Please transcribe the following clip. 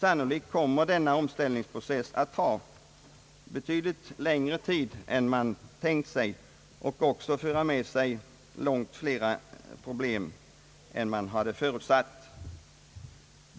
Sannolikt kommer denna omställningsprocess att ta längre tid än man för något år sedan förutsatte och ävenså att möta betydligt större omställningsproblem.